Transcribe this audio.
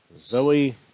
Zoe